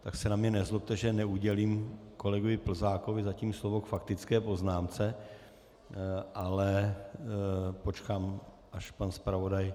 Tak se na mě nezlobte, že neudělím kolegovi Plzákovi zatím slovo k faktické poznámce, ale počkám, až pan zpravodaj...